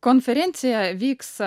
konferencija vyks